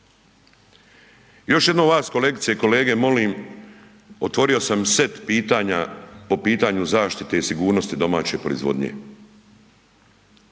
Još jednom vas kolegice i kolege molim, otvorio sam set pitanja po pitanju zaštite i sigurnosti domaće proizvodnje.